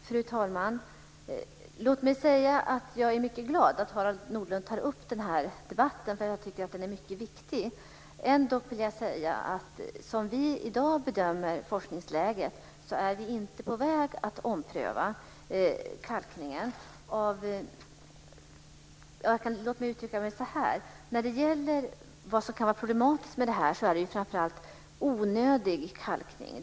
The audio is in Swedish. Fru talman! Jag är mycket glad över att Harald Nordlund tar upp den här debatten, som jag tycker är mycket viktig. Trots det vill jag säga att vi, som vi i dag bedömer forskningsläget, inte är på väg att ompröva kalkningen - eller låt mig uttrycka det så här: Vad som kan vara problematiskt med detta är framför allt onödig kalkning.